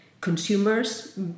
consumers